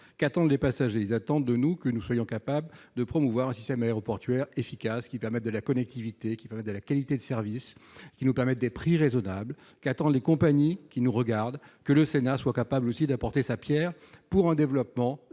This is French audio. Qu'attendent les passagers ? Ils attendent de nous que nous soyons capables de promouvoir un système aéroportuaire efficace permettant la connectivité, la qualité de service et des prix raisonnables. Qu'attendent les compagnies qui nous regardent ? Que le Sénat soit capable aussi d'apporter sa pierre pour un développement